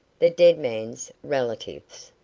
the dead man's relatives.